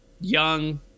young